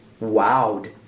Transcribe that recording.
wowed